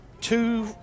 two